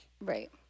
Right